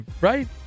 right